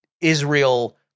Israel